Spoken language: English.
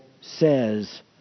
says